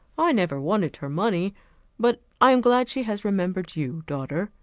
i never wanted her money but i am glad she has remembered you, daughter,